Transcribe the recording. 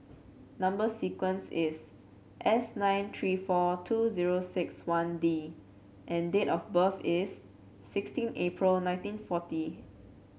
number sequence is S nine three four two zero six one D and date of birth is sixteen April nineteen forty